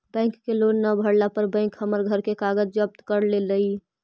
घर के लोन न भरला पर बैंक हमर घर के कागज जब्त कर लेलई